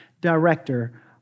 director